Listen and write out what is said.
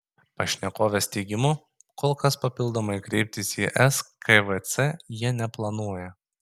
pašnekovės teigimu kol kas papildomai kreiptis į skvc jie neplanuoja